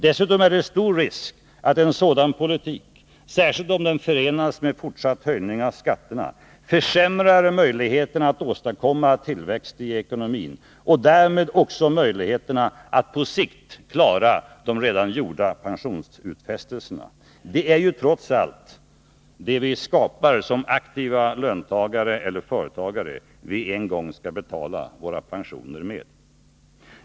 Dessutom är det stor risk att en sådan politik, särskilt om den förenas med en fortsatt höjning av skatterna, försämrar möjligheterna att åstadkomma tillväxt i ekonomin, och därmed också möjligheterna att på sikt klara de redan gjorda pensionsutfästelserna. Det är ju trots allt det vi skapar som aktiva löntagare eller företagare vi en gång skall betala våra pensioner med.